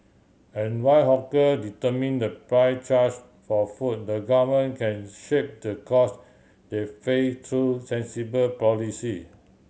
and while hawker determine the price charge for food the Government can shape the cost they face through sensible policy